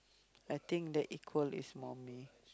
I think that equal is more me